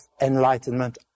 enlightenment